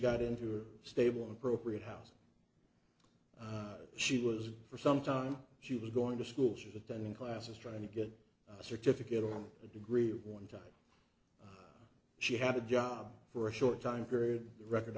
got into a stable appropriate house she was for some time she was going to school she's attending classes trying to get a certificate on a degree one time she had a job for a short time period record